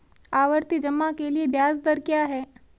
आवर्ती जमा के लिए ब्याज दर क्या है?